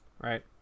right